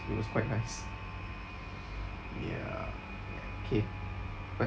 it was quite nice ya okay question